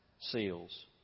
seals